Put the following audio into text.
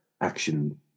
action